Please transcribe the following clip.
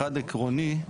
אחד עקרוני,